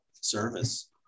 service